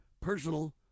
personal